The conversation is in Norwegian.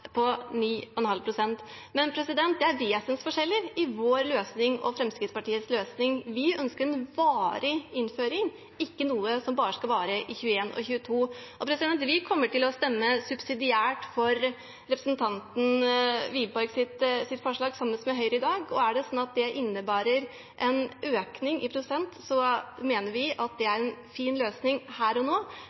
på 9,5 pst. Men det er vesensforskjeller på vår løsning og Fremskrittspartiets løsning. Vi ønsker en varig innføring, ikke noe som bare skal være i 2021 og 2022. Vi kommer til å stemme subsidiært for representanten Wiborgs forslag sammen med Høyre i dag, og er det sånn at det innebærer en økning i prosent, mener vi at det er en fin løsning her og nå.